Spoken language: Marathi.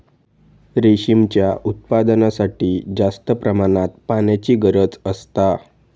रेशीमच्या उत्पादनासाठी जास्त प्रमाणात पाण्याची गरज असता